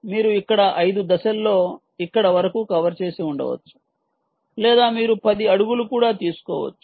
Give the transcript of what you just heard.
మీరు ఇక్కడ 5 దశల్లో ఇక్కడ వరకు కవర్ చేసి ఉండవచ్చు లేదా మీరు 10 అడుగులు కూడా తీసుకోవచ్చు